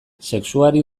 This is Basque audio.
sexuari